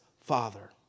father